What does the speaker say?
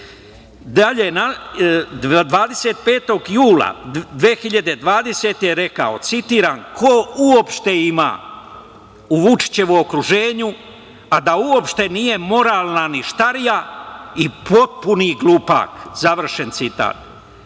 Dalje, 25. jula 2020. je rekao, citiram - „Ko uopšte ima u Vučićevom okruženju a da uopšte nije moralna ništarija i potpuni glupak“, završen citat. Ovaj